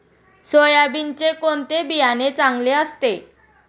सोयाबीनचे कोणते बियाणे चांगले असते?